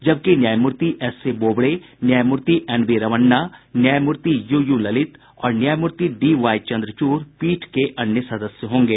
जबकि न्यायमूर्ति एसएबोबड़े न्यायमूर्ति एनवीरमन्ना न्यायमूर्ति यू यू ललित और न्यायमूर्ति डीवाईचन्द्रचूड़ पीठ के सदस्य होंगे